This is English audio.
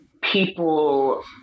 people